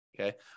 Okay